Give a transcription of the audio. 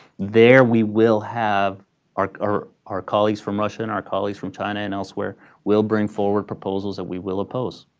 there we will have our our our colleagues from russia and our colleagues from china and elsewhere will bring forward that proposals that we will oppose.